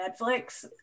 netflix